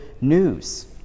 news